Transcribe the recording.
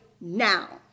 now